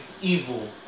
evil